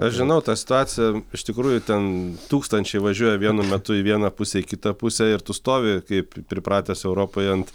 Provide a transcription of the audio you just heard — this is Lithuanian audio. aš žinau tą situaciją iš tikrųjų ten tūkstančiai važiuoja vienu metu į vieną pusę į kitą pusę ir tu stovi kaip pripratęs europoje ant